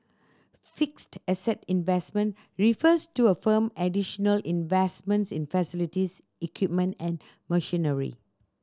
fixed asset investment refers to a firm additional investments in facilities equipment and machinery